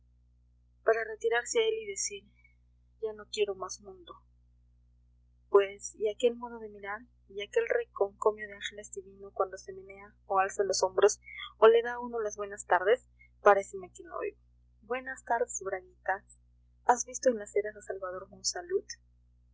para retirarse a él y decir ya no quiero más mundo pues y aquel modo de mirar y aquel reconcomio de ángeles divinos cuando se menea o alza los hombros o le da a uno las buenas tardes paréceme que la oigo buenas tardes braguitas has visto en las eras a salvador monsalud